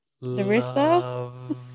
Larissa